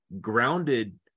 grounded